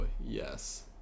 yes